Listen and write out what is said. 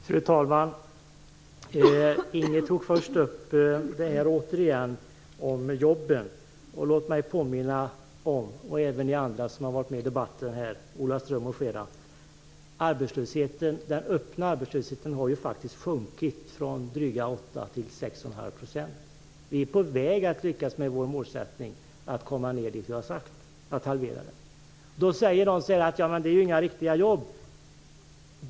Fru talman! Inger Davidson tog först upp detta om jobben. Låt mig påminna henne och även ni andra som har varit med i debatten om att den öppna arbetslösheten faktiskt har sjunkit från drygt 8 % till 6 1⁄2 %.